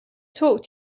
talk